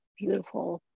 beautiful